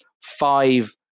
five